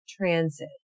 transit